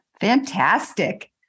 Fantastic